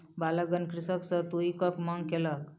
बालकगण कृषक सॅ तूईतक मांग कयलक